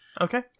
Okay